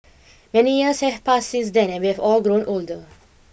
many years have passed since then and we have all grown older